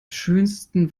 schönsten